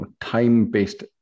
time-based